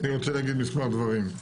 אני רוצה להגיד מספר דברים.